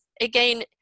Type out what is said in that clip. again